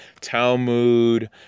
Talmud